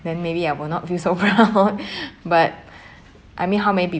then maybe I will not feel so proud but I mean how many people